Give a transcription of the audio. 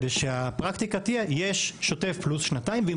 כדי שהפרקטיקה תהיה יש שוטף פלוס שנתיים ואם